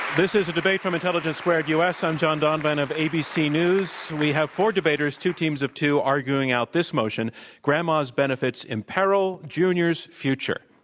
this is a debate from intelligence squared u. s. i'm john donvan of abc news. we have four debaters, two teams of two, arguing out this motion grandma's benefits imperil junior's future.